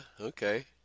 Okay